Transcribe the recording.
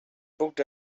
booked